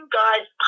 guys